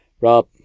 Rob